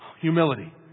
Humility